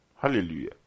hallelujah